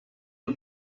you